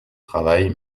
travail